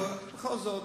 אבל בכל זאת,